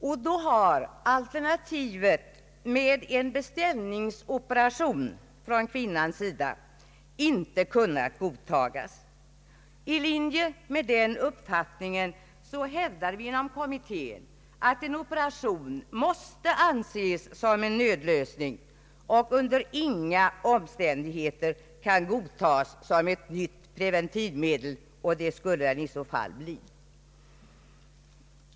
Vi har kommit fram till att alternativet med en beställningsoperation från kvinnans sida inte kan godtagas. I linje med denna uppfattning hävdar vi inom kommittén, att en operation måste anses som en nödlösning och under inga omständigheter kan godtas som ett nytt preventivmedel, vilket det väl i så fall skulle bli.